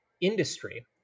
industry